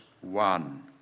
one